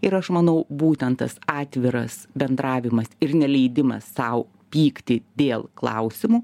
ir aš manau būtent tas atviras bendravimas ir neleidimas sau pykti dėl klausimų